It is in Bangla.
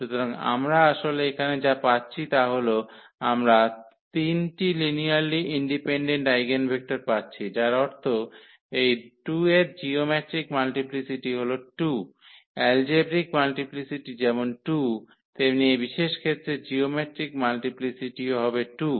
সুতরাং আমরা আসলে এখানে যা পাচ্ছি তা হল আমরা 3 টি লিনিয়ারলি ইন্ডিপেনডেন্ট আইগেনভেক্টর পাচ্ছি যার অর্থ এই 2 এর জিওমেট্রিক মাল্টিপ্লিসিটি হল 2 এলজেব্রিক মাল্টিপ্লিসিটি যেমন 2 তেমনি এই বিশেষ ক্ষেত্রে জিওমেট্রিক মাল্টিপ্লিসিটিও হবে 2